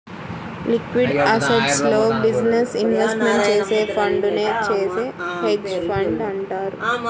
liquid అసెట్స్లో business investment చేసే ఫండునే చేసే హెడ్జ్ ఫండ్ అంటారు